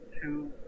two